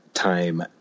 Time